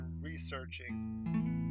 researching